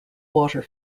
water